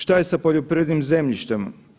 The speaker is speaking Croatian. Šta je sa poljoprivrednim zemljištem?